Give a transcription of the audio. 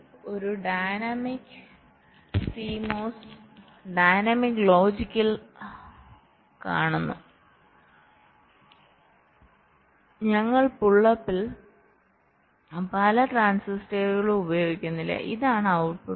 നിങ്ങൾ ഒരു dynamics CMOS dynamics ലോജിക്കിൽ കാണുന്നു ഞങ്ങൾ പുൾ അപ്പിൽ പല ട്രാൻസിസ്റ്ററുകളും ഉപയോഗിക്കുന്നില്ല ഇതാണ് ഔട്ട്പുട്ട്